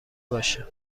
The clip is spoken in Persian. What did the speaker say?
باشه